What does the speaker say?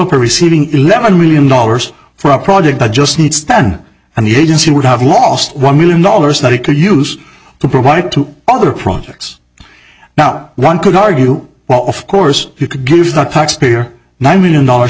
receiving eleven million dollars for a project that just needs ten and the agency would have lost one million dollars that it could use to provide to other projects now one could argue well of course you could give the taxpayer nine million dollars